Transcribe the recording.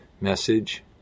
message